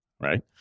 right